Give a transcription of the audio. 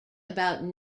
about